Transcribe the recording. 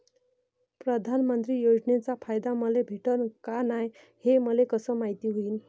प्रधानमंत्री योजनेचा फायदा मले भेटनं का नाय, हे मले कस मायती होईन?